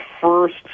first